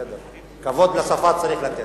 כבוד לשפה צריך לתת.